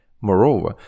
Moreover